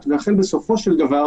אמרת את זה קודם.